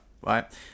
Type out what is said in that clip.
Right